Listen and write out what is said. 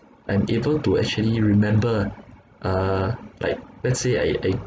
I'm able to actually remember uh like let's say I I